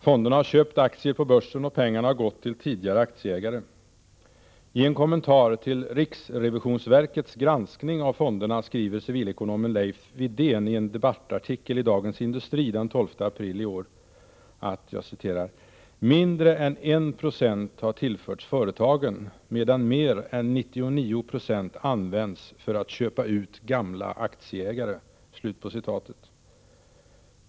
Fonderna har köpt aktier på börsen och pengarna har gått till tidigare aktieägare. I en kommentar till riksrevisionsverkets granskning av fonderna skriver civilekonomen Leif Widén i en debattartikel i Dagens Industri den 12 april i år att ”mindre än 1 procent har tillförts företagen, medan mer än 99 procent använts för att köpa ut gamla aktieägare”.